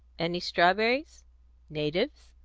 any strawberries natives?